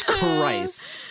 Christ